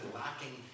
lacking